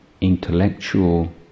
intellectual